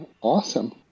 awesome